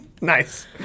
Nice